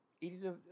eating